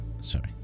sorry